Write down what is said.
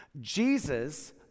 Jesus